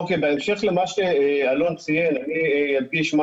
בהמשך למה שאלון ציין אני אדגיש מה